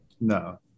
No